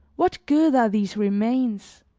what good are these remains?